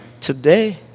today